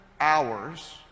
hours